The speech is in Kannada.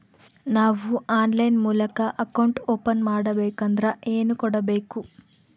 ನಾವು ಆನ್ಲೈನ್ ಮೂಲಕ ಅಕೌಂಟ್ ಓಪನ್ ಮಾಡಬೇಂಕದ್ರ ಏನು ಕೊಡಬೇಕು?